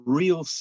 real